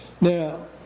Now